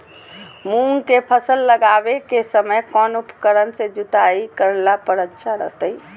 मूंग के फसल लगावे के समय कौन उपकरण से जुताई करला पर अच्छा रहतय?